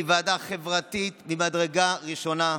שהיא ועדה חברתית מהמדרגה הראשונה.